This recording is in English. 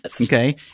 Okay